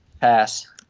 pass